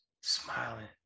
smiling